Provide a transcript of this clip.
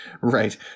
Right